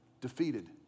defeated